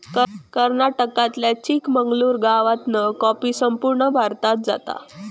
कर्नाटकातल्या चिकमंगलूर गावातना कॉफी संपूर्ण भारतात जाता